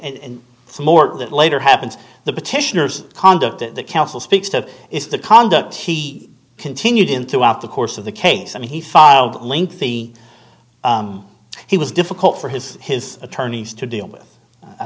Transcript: and more that later happens the petitioners conduct at the counsel speaks to is the conduct he continued in throughout the course of the case and he filed a lengthy he was difficult for his his attorneys to deal with i